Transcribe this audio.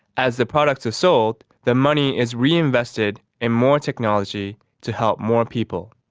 as the products are sold, the money is reinvested in more technology to help more people.